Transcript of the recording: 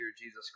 Jesus